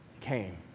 came